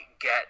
get